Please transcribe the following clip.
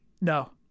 No